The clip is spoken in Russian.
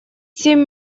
семь